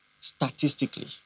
Statistically